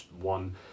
one